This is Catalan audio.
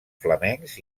flamencs